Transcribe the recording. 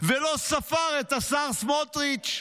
ולא ספר את השר סמוטריץ',